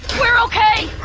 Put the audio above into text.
we're okay!